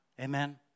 amen